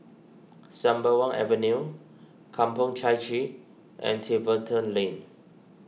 Sembawang Avenue Kampong Chai Chee and Tiverton Lane